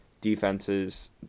defenses